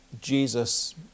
Jesus